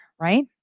right